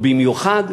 ובמיוחד